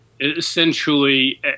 essentially